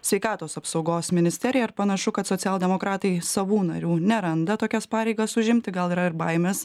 sveikatos apsaugos ministerija ir panašu kad socialdemokratai savų narių neranda tokias pareigas užimti gal yra ir baimės